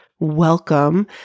welcome